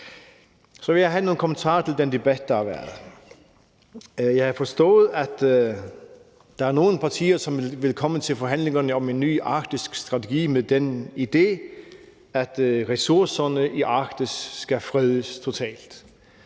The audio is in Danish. Så har jeg nogle kommentarer til den debat, der har været. Jeg har forstået, at der er nogle partier, som vil komme til forhandlingerne om en ny arktisk strategi med den idé, at ressourcerne i Arktis skal fredes totalt.